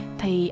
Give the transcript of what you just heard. thì